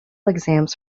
exams